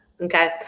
Okay